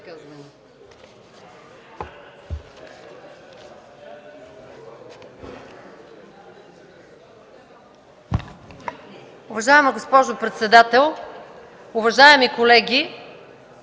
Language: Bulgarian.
Уважаеми господин председател, уважаеми колеги!